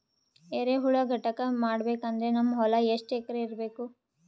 ಎರೆಹುಳ ಘಟಕ ಮಾಡಬೇಕಂದ್ರೆ ನಮ್ಮ ಹೊಲ ಎಷ್ಟು ಎಕರ್ ಇರಬೇಕು?